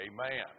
Amen